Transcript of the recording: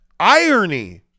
Irony